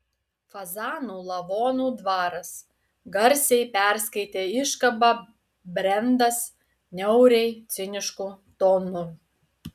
fazanų lavonų dvaras garsiai perskaitė iškabą brendas niauriai cinišku tonu